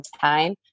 time